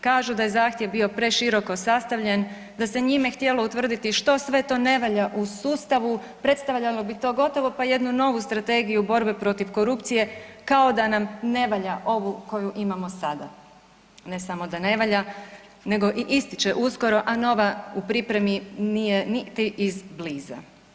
Kažu da je zahtjev bio preširoko sastavljen, da se njime htjelo utvrditi što sve to ne valja u sustavu, predstavljalo bi to gotovo pa jednu novu strategiju borbe protiv korupcije kao da nam ne valja ovu koju imamo sada, ne samo da ne valja nego i ističe uskoro, a nova u pripremi nije niti iz bliza.